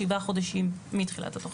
שבעה חודשים מתחילת התוכנית.